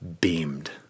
beamed